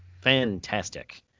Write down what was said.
Fantastic